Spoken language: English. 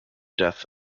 death